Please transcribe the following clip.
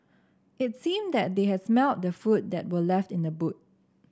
it seemed that they has smelt the food that were left in the boot